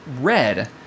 red